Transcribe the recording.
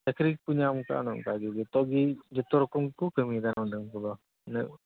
ᱪᱟᱹᱠᱨᱤ ᱠᱚᱠᱚ ᱧᱟᱢ ᱟᱠᱟᱜᱼᱟ ᱚᱱᱮ ᱚᱱᱠᱟ ᱜᱮ ᱡᱚᱛᱚ ᱜᱮ ᱡᱚᱛᱚ ᱨᱚᱠᱚᱢ ᱠᱚ ᱠᱟᱹᱢᱤᱭᱟ ᱱᱚᱸᱰᱮᱱ ᱠᱚᱫᱚ ᱤᱱᱟᱹ